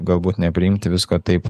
galbūt nepriimti visko taip